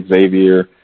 Xavier